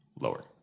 lower